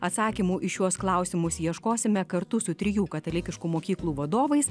atsakymų į šiuos klausimus ieškosime kartu su trijų katalikiškų mokyklų vadovais